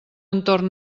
entorn